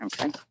Okay